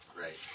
right